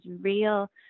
real